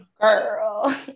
Girl